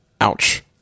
ouch